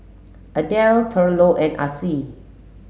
Adelle Thurlow and Acie